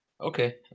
Okay